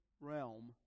realm